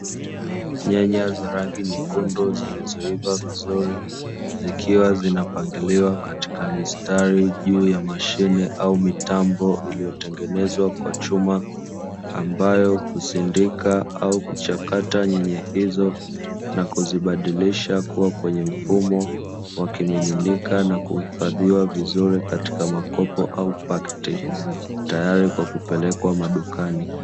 Nyanya za rangi nyekundu zilizoiva vizuri zikiwa zinapangiliwa katika mistari juu ya mashine au mitambo iliyotengenezwa kwa chuma, ambayo husindika au kuchakata nyanya hizo na kuzibadilisha kuwa kwenye mfumo wa kimiminika na kuhifadhiwa vizuri katika makopo au pakti; tayari kwa kupelekwa madukani.